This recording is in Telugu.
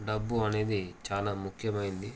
డబ్బు అనేది చాలా ముఖ్యమైంది